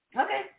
Okay